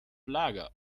lager